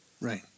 Right